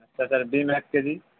আচ্ছা sir bean এক KG